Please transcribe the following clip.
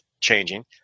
changing